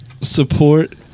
support